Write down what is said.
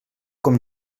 com